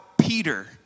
Peter